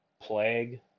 plague